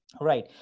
Right